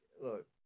look